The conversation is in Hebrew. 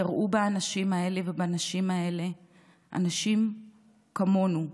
תראו באנשים האלה ובנשים האלה אנשים כמונו.